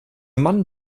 mann